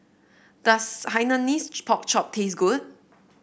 does Hainanese Pork Chop taste good